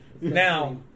Now